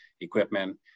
Equipment